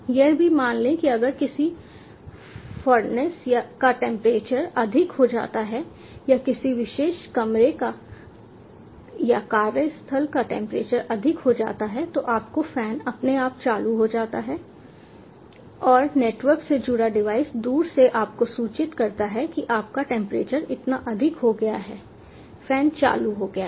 यह भी मान लें कि अगर किसी फर्नेस का टेंपरेचर अधिक हो जाता है या किसी विशेष कमरे या कार्यस्थल का टेंपरेचर अधिक हो जाता है तो आपका फैन अपने आप चालू हो जाता है और नेटवर्क से जुड़ा डिवाइस दूर से आपको सूचित करता है कि आपका टेंपरेचर इतना अधिक हो गया है फैन चालू हो गया है